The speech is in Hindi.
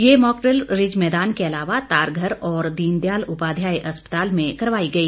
ये मॉकड्रिल रिज मैदान के अलावा तारघर और दीनदयाल उपाध्याय अस्पताल में करवाई गई